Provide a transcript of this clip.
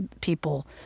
people